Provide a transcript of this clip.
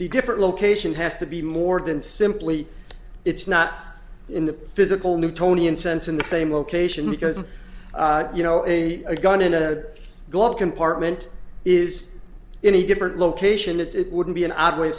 different location has to be more than simply it's not in the physical newtonian sense in the same location because you know a gun in a glove compartment is in a different location that it wouldn't be an odd way